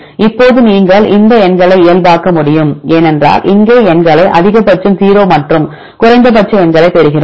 இப்போது நீங்கள் இந்த எண்களை இயல்பாக்க முடியும் ஏனென்றால் இங்கே எண்களை அதிகபட்சம் 0 மற்றும் குறைந்தபட்ச எண்களைப் பெறுகிறோம்